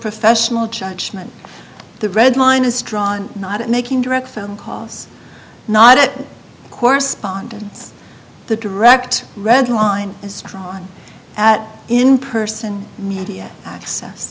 professional judgement the red line is drawn not making direct phone calls not at correspondence the direct red line is drawn at in person media access